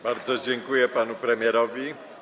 Bardzo dziękuję panu premierowi.